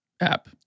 app